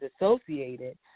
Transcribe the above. associated